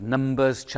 Numbers